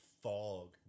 fog